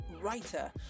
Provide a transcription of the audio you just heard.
writer